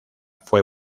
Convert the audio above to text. fue